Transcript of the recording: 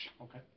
Okay